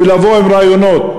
ולבוא עם רעיונות,